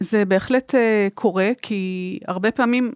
זה בהחלט קורה, כי הרבה פעמים...